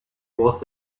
was